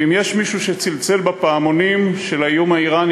ואם יש מישהו שצלצל בפעמונים של האיום האיראני